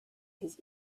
his